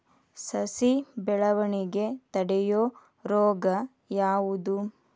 ಸಸಿ ಬೆಳವಣಿಗೆ ತಡೆಯೋ ರೋಗ ಯಾವುದು?